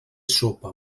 sopa